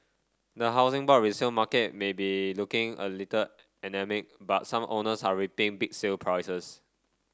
the Housing Board resale market may be looking a little anaemic but some owners are reaping big sale prices